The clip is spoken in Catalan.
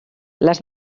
les